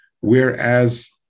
whereas